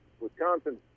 wisconsin